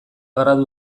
gradu